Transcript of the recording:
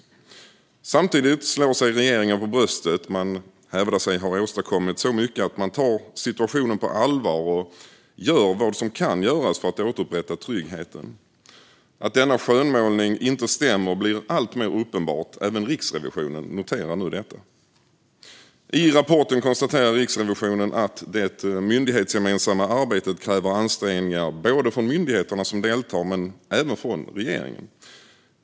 Samtidigt slår sig regeringen för bröstet. Man hävdar att man har åstadkommit mycket, att man tar situationen på allvar och att man gör vad som kan göras för att återupprätta tryggheten. Att denna skönmålning inte stämmer blir alltmer uppenbart. Även Riksrevisionen noterar nu detta. I rapporten konstaterar Riksrevisionen att det myndighetsgemensamma arbetet kräver ansträngningar från de myndigheter som deltar men även från regeringen.